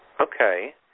Okay